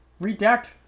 redact